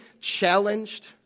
challenged